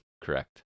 Correct